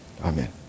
Amen